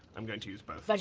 i'm going to use both.